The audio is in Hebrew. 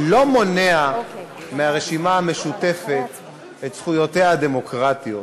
לא מונע מהרשימה המשותפת את זכויותיה הדמוקרטיות.